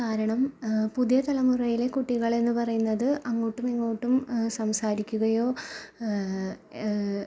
കാരണം പുതിയ തലമുറയിലെ കുട്ടികളെന്ന് പറയുന്നത് അങ്ങോട്ടും ഇങ്ങോട്ടും സംസാരിക്കുകയോ